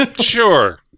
Sure